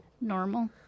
Normal